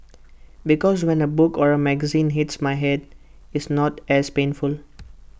because when A book or A magazine hits my Head it's not as painful